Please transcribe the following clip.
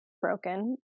broken